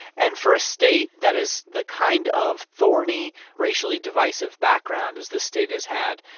and for a state that has the kind of thorny, racially divisive background as this state has had,